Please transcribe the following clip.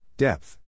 Depth